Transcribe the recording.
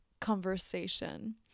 conversation